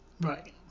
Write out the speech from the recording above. right